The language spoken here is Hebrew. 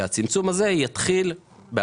אנחנו רוצים להכשיר אותם,